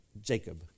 Jacob